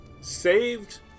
saved